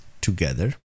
together